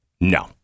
No